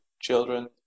children